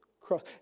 cross